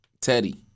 Teddy